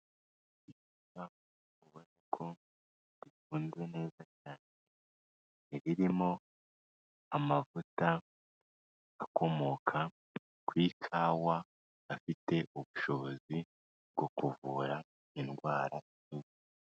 Icupa Ubona ko rifunze neza cyane, irimo amavuta akomoka ku ikawa, afite ubushobozi bwo kuvura indwara nyinshi.